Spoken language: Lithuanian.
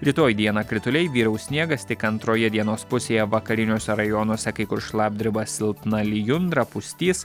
rytoj dieną krituliai vyraus sniegas tik antroje dienos pusėje vakariniuose rajonuose kai kur šlapdriba silpna lijundra pustys